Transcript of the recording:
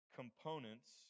components